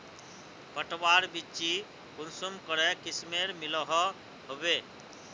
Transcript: पटवार बिच्ची कुंसम करे किस्मेर मिलोहो होबे?